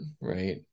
right